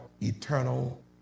eternal